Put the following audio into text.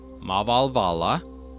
Mavalvala